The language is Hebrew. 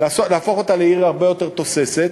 ולהפוך אותה לעיר הרבה יותר תוססת,